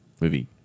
Movie